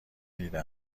دیده